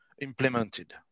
implemented